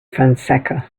fonseca